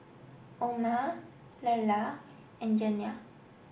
Oma Leila and Janiah